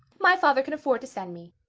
my father can afford to send me.